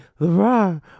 LeBron